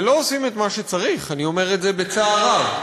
ולא עושים את מה שצריך, אני אומר את זה בצער רב.